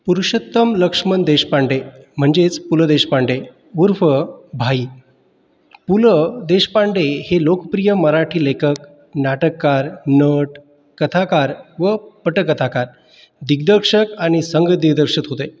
पुरुषोत्तम लक्ष्मण देशपांडे म्हणजेच पु ल देशपांडे उर्फ भाई पु ल देशपांडे हे लोकप्रिय मराठी लेखक नाटककार नट कथाकार व पटकथाकार दिग्दर्शक आणि संघ दिग्दर्शक होते